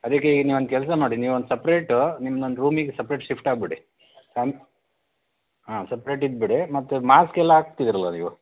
ಅದಕ್ಕೆ ಈಗ ನೀವೊಂದು ಕೆಲಸ ಮಾಡಿ ನೀವೊಂದು ಸಪ್ರೇಟು ನಿಮ್ದೊಂದು ರೂಮಿಗೆ ಸಪ್ರೇಟ್ ಶಿಫ್ಟ್ ಆಗಿಬಿಡಿ ಹಾಂ ಸಪ್ರೇಟ್ ಇದ್ದುಬಿಡಿ ಮತ್ತು ಮಾಸ್ಕೆಲ್ಲ ಹಾಕ್ತಿದ್ದೀರಲ್ಲ ನೀವು